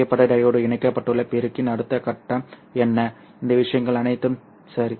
புகைப்பட டையோடு இணைக்கப்பட்டுள்ள பெருக்கியின் அடுத்த கட்டம் என்ன இந்த விஷயங்கள் அனைத்தும் சரி